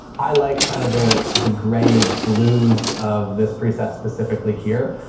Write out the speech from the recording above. i like kind of the, the grade blues of this preset specifically here.